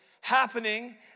happening